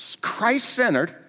Christ-centered